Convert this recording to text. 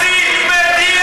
אתה מסית ומדיח.